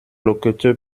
loqueteux